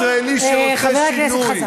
חבר הכנסת חזן,